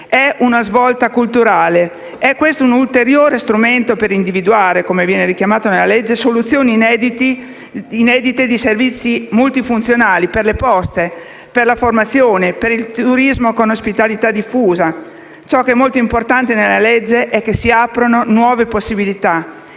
È una svolta culturale, è un ulteriore strumento per individuare, come viene richiamato nella legge, soluzioni inedite di servizi multifunzionali, per le poste, per la formazione, per il turismo con ospitalità diffusa. Ciò che è molto importante nella legge è che si aprono nuove possibilità